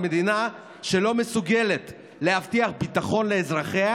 מדינה שלא מסוגלת להבטיח ביטחון לאזרחיה,